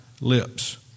lips